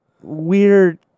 weird